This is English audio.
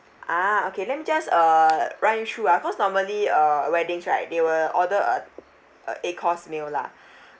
ah okay let me just uh run you through ah cause normally uh weddings right they will order uh a eight course meal lah